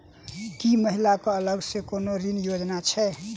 की महिला कऽ अलग सँ कोनो ऋण योजना छैक?